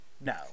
No